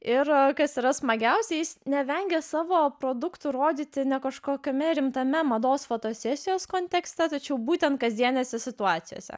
ir kas yra smagiausia is nevengia savo produktų rodyti ne kažkokiame rimtame mados fotosesijos kontekste tačiau būtent kasdienėse situacijose